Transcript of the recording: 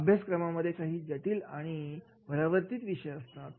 अभ्यासक्रमांमध्ये काही जटिल आणि परावर्तीत विषय असतात